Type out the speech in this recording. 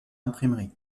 imprimerie